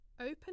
open